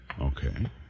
Okay